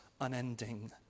unending